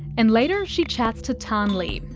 and later she chats to tan le,